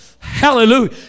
Hallelujah